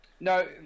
No